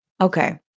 Okay